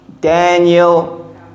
Daniel